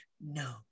no